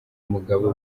mugabo